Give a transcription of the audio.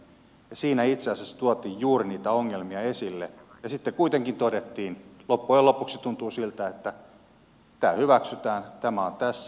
siinä itse asiassa tuotiin juuri niitä ongelmia esille ja sitten kuitenkin todettiin että loppujen lopuksi tuntuu siltä että tämä hyväksytään tämä on tässä